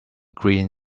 green